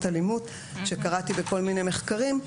כפי שקראתי בכל מיני מחקרים,